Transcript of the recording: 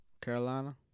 Carolina